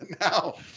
now